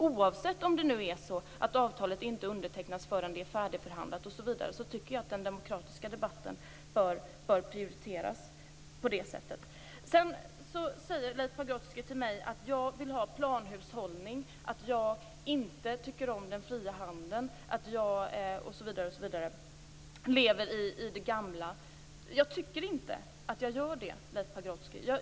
Oavsett om avtalet inte undertecknas förrän det är färdigförhandlat tycker jag att den demokratiska debatten bör prioriteras. Leif Pagrotsky säger till mig att jag vill ha planhushållning, att jag inte tycker om den fria handeln, att jag lever i det gamla. Jag tycker inte att jag gör det, Leif Pagrotsky.